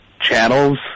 channels